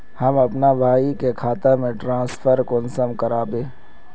हम अपना भाई के खाता में ट्रांसफर कुंसम कारबे?